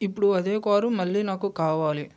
ఇప్పుడు అదే కారు మళ్ళీ నాకు కావాలి